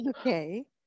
Okay